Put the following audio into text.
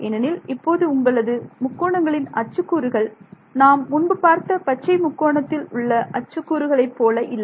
ஏனெனில் இப்போது உங்களது முக்கோணங்களின் அச்சு கூறுகள் நாம் முன்பு பார்த்த பச்சை முக்கோணத்தில் உள்ள அச்சு கூறுகளைப் போல இல்லை